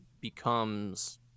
becomes